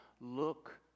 look